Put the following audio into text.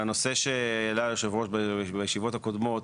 הנושא שהעלה יושב הראש בישיבות הקודמות,